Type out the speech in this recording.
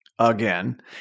Again